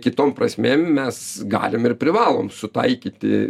kitom prasmėm mes galim ir privalom sutaikyti